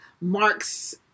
Mark's